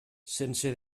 sense